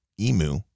emu